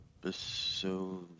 episode